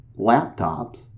laptops